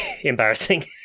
embarrassing